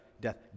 death